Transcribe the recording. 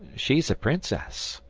she's a princess.